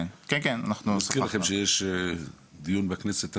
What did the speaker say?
אני אזכיר לכם שיש דיון בכנסת,